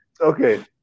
Okay